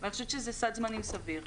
זה סד זמנים סביר.